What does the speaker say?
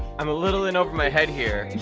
i'm a little in over my head here,